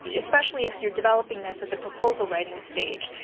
especially if you're developing this at the proposal writing stage.